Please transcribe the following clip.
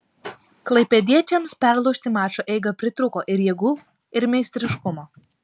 klaipėdiečiams perlaužti mačo eigą pritrūko ir jėgų ir meistriškumo